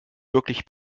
wirklich